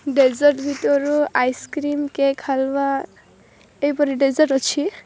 dessert ଭିତରୁ ice cream cake halwa ଏଇପରି dessert ଅଛି